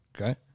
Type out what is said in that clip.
Okay